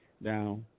Now